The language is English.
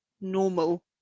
normal